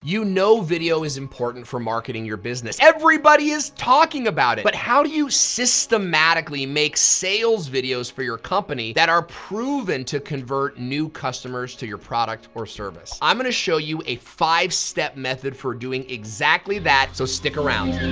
you know video is important for marketing your business. everybody is talking about it. but how do you systematically make sales videos for your company, that are proven to convert new customers to your product or service? i'm gonna show you a five-step method for doing exactly that, so stick around.